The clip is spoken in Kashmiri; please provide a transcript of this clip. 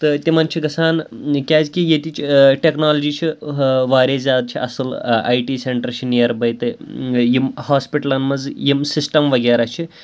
تہٕ تِمَن چھِ گَژھان کیٛازِ کہِ ییٚتِچ ٹٮ۪کنالجی چھِ واریاہ زیادٕ چھِ اَصٕل آی ٹی سٮ۪نٹَر چھِ نِیر بَے تہٕ یِم ہاسپِٹَلَن منٛز یِم سِسٹَم وغیرہ چھِ